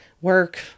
work